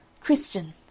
Christian